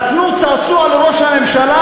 נתנו צעצוע לראש הממשלה,